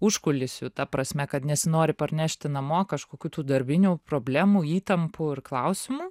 užkulisių ta prasme kad nesinori parnešti namo kažkokių tų darbinių problemų įtampų ir klausimų